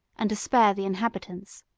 and to spare the inhabitants.